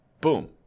Boom